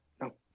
No